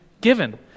given